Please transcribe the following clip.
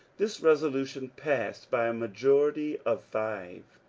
this resolution passed by a majority of five.